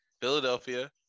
Philadelphia